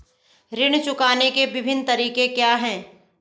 ऋण चुकाने के विभिन्न तरीके क्या हैं?